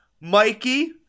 Mikey